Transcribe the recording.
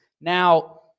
Now